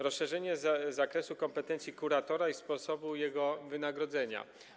Rozszerzenie zakresu kompetencji kuratora i sposobu jego wynagradzania.